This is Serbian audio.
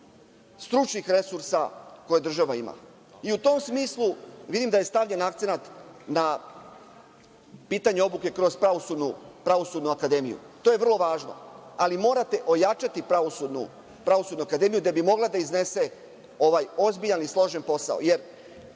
stručnih resursa koje država ima. U tom smislu, vidim da je stavljen akcenat na pitanje obuke kroz Pravosudnu akademiju. To je vrlo važno, ali morate ojačati Pravosudnu akademiju da bi mogla da iznese ovaj ozbiljan i složen posao,